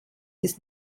des